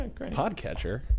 Podcatcher